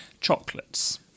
chocolates